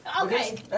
Okay